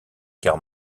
guerre